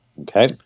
okay